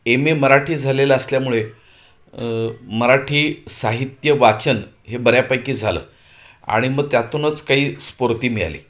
M A Marathi झालेलं असल्यामुळे मराठी साहित्य वाचन हे बऱ्यापैकी झालं आणि मग त्यातूनच काही स्फूर्ती मिळाली